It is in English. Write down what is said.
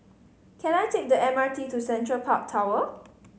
can I take the M R T to Central Park Tower